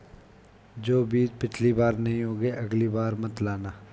जो बीज पिछली बार नहीं उगे, अगली बार मत लाना